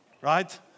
Right